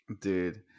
Dude